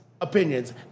opinions